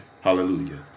Hallelujah